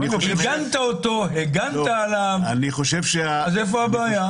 עיגנת אותו, הגנת עליו, אז איפה הבעיה?